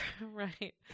Right